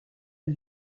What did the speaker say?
les